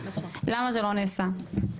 למה זה לא נעשה?